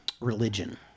religion